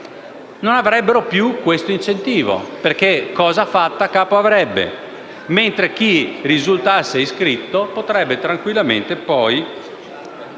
non avrebbero più questo incentivo (cosa fatta, capo ha), mentre chi risulta iscritto potrebbe tranquillamente poi